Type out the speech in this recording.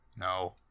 No